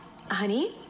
Honey